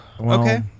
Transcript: Okay